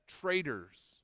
traitors